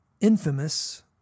infamous